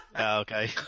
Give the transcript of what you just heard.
okay